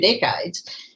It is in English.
decades